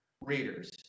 readers